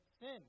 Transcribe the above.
sin